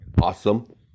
awesome